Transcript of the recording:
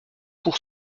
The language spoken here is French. pour